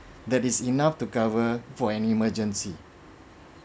that is enough to cover for an emergency